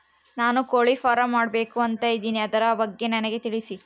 ನಾನು ಕೋಳಿ ಫಾರಂ ಮಾಡಬೇಕು ಅಂತ ಇದಿನಿ ಅದರ ಬಗ್ಗೆ ನನಗೆ ತಿಳಿಸಿ?